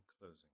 Closing